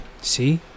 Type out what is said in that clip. See